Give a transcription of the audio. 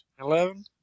Eleven